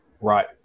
right